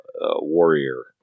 Warrior